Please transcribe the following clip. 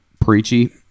preachy